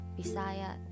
Bisaya